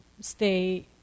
stay